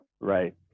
Right